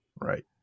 Right